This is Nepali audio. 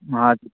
हजुर